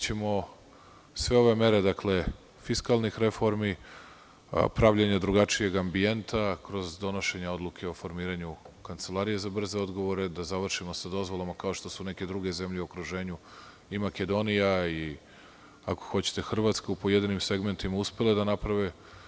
Sve ove mere fiskalnih reformi, pravljenja drugačijeg ambijenta kroz donošenje odluke o formiranju kancelarije za brze odgovore, završićemo sa dozvolama, kao što su neke druge zemlje u okruženju, i Makedonija, ako hoćete i Hrvatske u pojedinim segmentima, uspele da naprave.